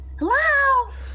Hello